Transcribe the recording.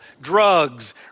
drugs